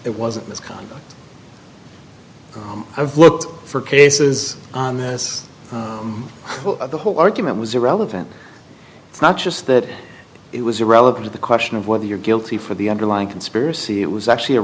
it wasn't misconduct i've looked for cases on this the whole argument was irrelevant it's not just that it was irrelevant to the question of whether you're guilty for the underlying conspiracy it was actually